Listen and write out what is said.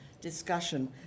discussion